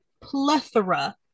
plethora